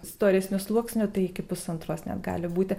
storesniu sluoksniu tai iki pusantros net gali būti